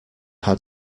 had